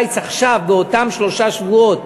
שעון הקיץ עכשיו, באותם שלושה שבועות,